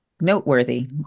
noteworthy